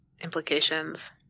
implications